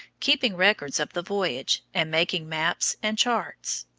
keeping records of the voyage and making maps and charts.